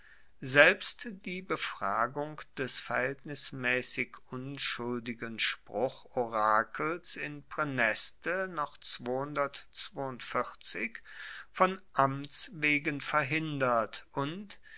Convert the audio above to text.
selbst die befragung des verhaeltnismaessig unschuldigen spruchorakels in praeneste noch von amts wegen verhindert und